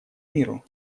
миру